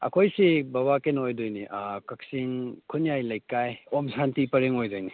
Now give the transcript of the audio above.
ꯑꯩꯈꯣꯏꯁꯤ ꯕꯕꯥ ꯀꯩꯅꯣ ꯑꯣꯏꯗꯣꯏꯅꯤ ꯀꯛꯆꯤꯡ ꯈꯨꯟꯌꯥꯏ ꯂꯩꯀꯥꯏ ꯑꯣꯝ ꯁꯥꯟꯇꯤ ꯄꯔꯦꯡ ꯑꯣꯏꯗꯣꯏꯅꯤ